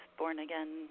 born-again